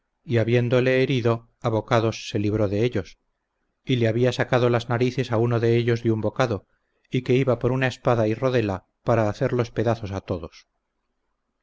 y habiéndole herido a bocados se libró de ellos y le había sacado las narices a uno de ellos de un bocado y que iba por una espada y rodela para hacerlos pedazos a todos